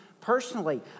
personally